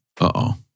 Uh-oh